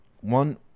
One